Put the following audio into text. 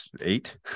eight